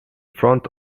front